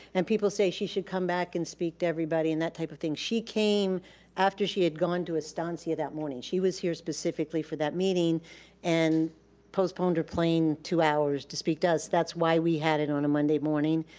and people say she should come back and speak to everybody, and that type of thing, she came after she had gone to astancia that morning. she was here specifically for that meeting and postponed her plane two hours to speak to us. that's why we had it on a monday morning.